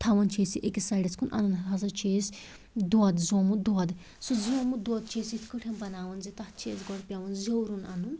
تھاوان چھِ أسۍ یہِ أکِس سایڈَس کُن انان ہَسا چھِ أسۍ دۄدھ زومُت دۄدھ سُہ زومُت دۄدھ چھِ أسۍ یِتھ کٲٹھۍ بناوان زِ تتھ چھِ أسۍ گۄڈٕ پیٚوان زیٛورُن اَنُن